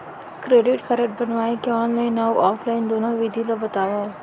Credit card बनवाए के online अऊ ऑफलाइन दुनो विधि ला बतावव?